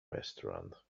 restaurant